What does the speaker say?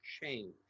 change